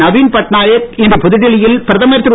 நவீன் பட்நாய்க் இன்று புதுடில்லி யில் பிரதமர் திரு